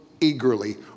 eagerly